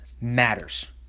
matters